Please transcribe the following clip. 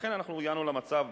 ולכן הגענו למצב,